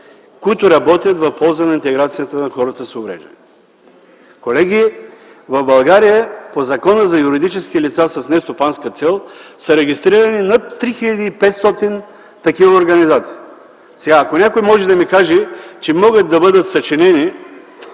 които работят в полза на интеграцията на хората с увреждания. Колеги, в България по Закона за юридическите лица с нестопанска цел са регистрирани над 3500 такива организации. Ако някой може да ми каже, че могат да бъдат съчинени